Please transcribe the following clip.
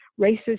racist